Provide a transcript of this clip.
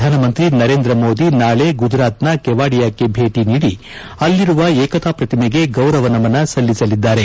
ಪ್ರಧಾನಮಂತ್ರಿ ನರೇಂದ್ರ ಮೋದಿ ನಾಳೆ ಗುಜರಾತಿನ ಕೆವಾಡಿಯಕ್ಕೆ ಭೇಟಿ ನೀದಿ ಅಲ್ಲಿರುವ ಏಕತಾ ಪ್ರತಿಮೆಗೆ ಗೌರವ ನಮನ ಸಲ್ಲಿಸಲಿದ್ದಾರೆ